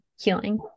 healing